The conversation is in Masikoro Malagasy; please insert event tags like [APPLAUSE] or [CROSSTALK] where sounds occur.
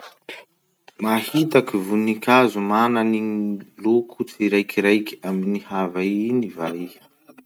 [NOISE] Mahita kovoninkazo mana ny loko tsiraikiraiky amin'ny hava [NOISE] iny va iha?